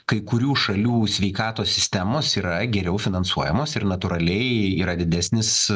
kai kurių šalių sveikatos sistemos yra geriau finansuojamos ir natūraliai yra didesnis